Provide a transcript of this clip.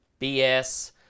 BS